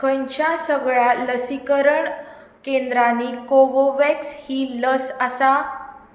खंयच्या सगळ्या लसीकरण केंद्रांनी कोवोव्हॅक्स ही लस आसा